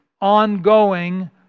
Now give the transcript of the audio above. ongoing